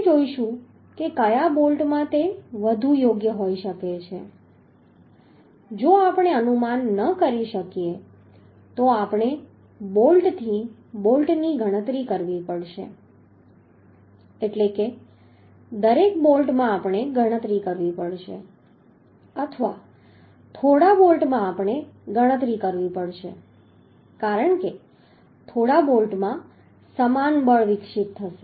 આપણે જોઈશું કે કયા બોલ્ટમાં તે વધુ યોગ્ય હોઈ શકે છે જો આપણે અનુમાન ન કરી શકીએ તો આપણે બોલ્ટથી બોલ્ટની ગણતરી કરવી પડશે એટલે કે દરેક બોલ્ટમાં આપણે ગણતરી કરવી પડશે અથવા થોડા બોલ્ટમાં આપણે ગણતરી કરવી પડશે કારણ કે થોડા બોલ્ટમાં સમાન બળ વિકસિત થશે